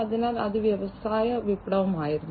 അതിനാൽ അത് വ്യവസായ വിപ്ലവമായിരുന്നു